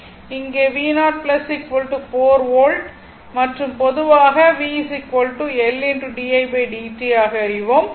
இங்கே v0 4 volt மற்றும் பொதுவாக v L didt ஆக அறிவோம்